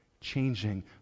changing